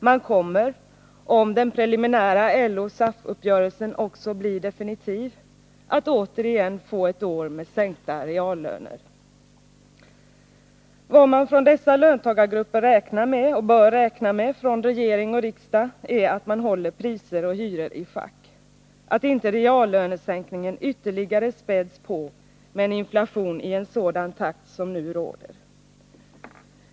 De kommer, om den preliminära LO-SAF-uppgörelsen också blir definitiv, att återigen få ett år med sänkta reallöner. Vad dessa löntagargrupper räknar med och bör räkna med från regering och riksdag är att man håller priser och hyror i schack, att inte reallönesänkningen ytterligare späds på med inflation i en sådan takt som nu råder.